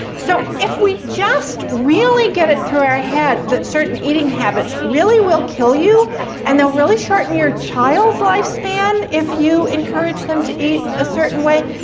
so if we just really get it through our head that certain eating habits really will kill you and they'll really shorten your child's lifespan if you encourage them to eat a certain way,